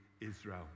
Israel